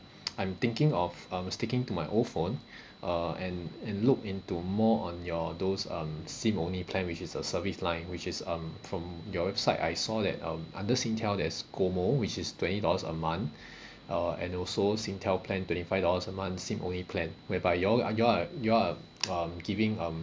I'm thinking of um sticking to my old phone uh and and look into more on your those um SIM only plan which is a service line which is um from your website I saw that um under Singtel there's GOMO which is twenty dollars a month uh and also Singtel plan twenty five dollars a month SIM only plan where by you all uh you all uh you all uh um giving um